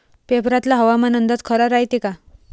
पेपरातला हवामान अंदाज खरा रायते का?